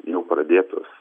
jau pradėtus